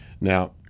Now